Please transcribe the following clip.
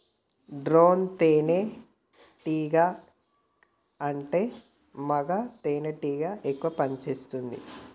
drone తేనే టీగా అంటే మగ తెనెటీగ ఎక్కువ పని చేస్తుంది